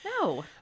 No